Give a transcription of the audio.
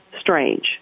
strange